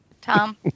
Tom